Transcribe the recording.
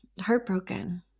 heartbroken